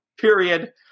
period